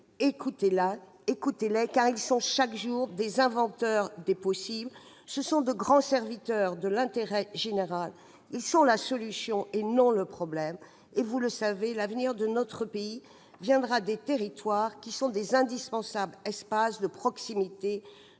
Ménagez-les, écoutez-les, car ils sont, au quotidien, les inventeurs des possibles. Ce sont de grands serviteurs de l'intérêt général. Ils sont la solution, et non le problème. L'avenir de notre pays viendra des territoires, qui sont d'indispensables espaces de proximité,